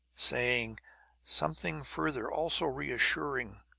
saying something further, also reassuring,